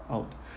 out